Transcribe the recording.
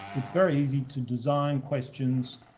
it's very easy to design questions,